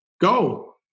go